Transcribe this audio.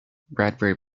bradbury